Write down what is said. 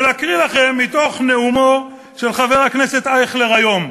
ולהקריא לכם מתוך נאומו של חבר הכנסת אייכלר היום,